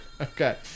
Okay